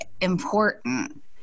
important